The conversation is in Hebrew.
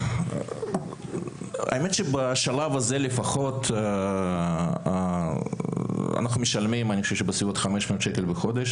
האמת שבשלב הזה לפחות אנחנו משלמים בסביבות 500 שקלים לחודש.